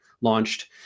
launched